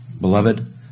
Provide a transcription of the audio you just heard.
Beloved